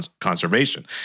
conservation